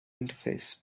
interface